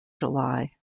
july